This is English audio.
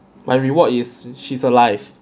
my reward is she's alive